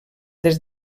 des